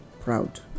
proud